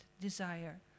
desire